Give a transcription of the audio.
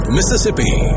Mississippi